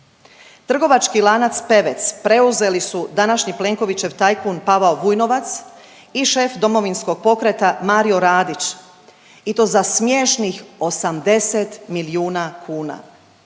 Trgovački lanac Pevec preuzeli su današnji Plenkovićev tajkun Pavao Vujnovac i šef Domovinskog pokreta Mario Radić i to za smiješnih 80 milijuna kuna.